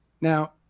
Now